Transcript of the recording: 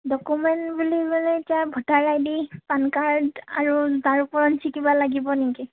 document বুলিবলৈ এতিয়া voter ID PAN card আৰু তাৰ ওপৰঞ্চি কিবা লাগিব নেকি